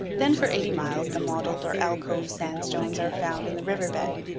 then for eighty miles the mottled, or alcove, sandstones are found in the river bed.